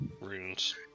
runes